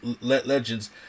legends